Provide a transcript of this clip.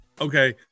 okay